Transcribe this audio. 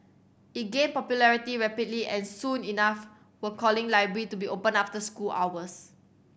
it gained popularity rapidly and soon enough were calling library to be opened after school hours